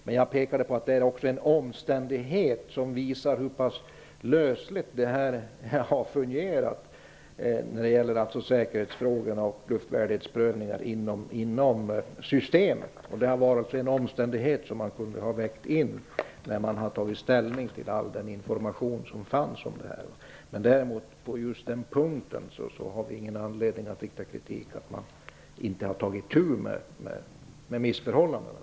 Men jag pekade på att den här omständigheten visar hur lösligt det har fungerat när det gäller säkerhetsfrågor och luftvärdighetsprövningar inom systemet. Den här omständigheten kunde regeringen ha vägt in när den tog ställning till all information som fanns. På just den här punkten har vi ingen anledning att rikta kritik mot att regeringen inte har tagit itu med missförhållandena.